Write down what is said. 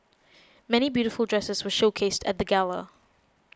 many beautiful dresses were showcased at the gala